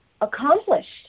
accomplished